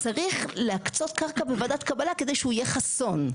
צריך להקצות קרקע בוועדת קבלה כדי שהוא יהיה חסון,